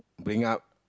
bring up